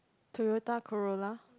Toyota Corolla